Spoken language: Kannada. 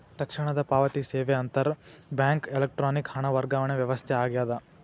ತಕ್ಷಣದ ಪಾವತಿ ಸೇವೆ ಅಂತರ್ ಬ್ಯಾಂಕ್ ಎಲೆಕ್ಟ್ರಾನಿಕ್ ಹಣ ವರ್ಗಾವಣೆ ವ್ಯವಸ್ಥೆ ಆಗ್ಯದ